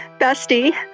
bestie